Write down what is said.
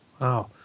Wow